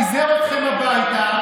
פיזר אתכם הביתה,